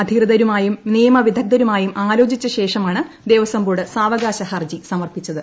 അധികൃതരുമായും നിയമവിദഗ്ധരുമായും ആലോചിച്ച ശേഷമാണ് ദേവസ്വം ബോർഡ് സാവകാശ ഹർജി സമർപ്പിച്ചത്